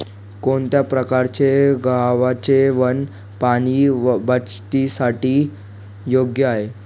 कोणत्या प्रकारचे गव्हाचे वाण पाणी बचतीसाठी योग्य आहे?